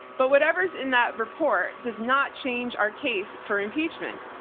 but whatever's in that report does not change our case for impeachment.